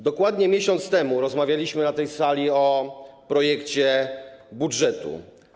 Dokładnie miesiąc temu rozmawialiśmy na tej sali o projekcie budżetu.